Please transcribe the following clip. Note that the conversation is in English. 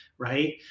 right